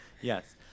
Yes